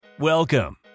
Welcome